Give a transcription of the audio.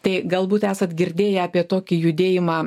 tai galbūt esat girdėję apie tokį judėjimą